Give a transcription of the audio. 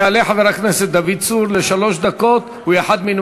יעלה חבר הכנסת דוד צור לשלוש דקות, הוא אחד מן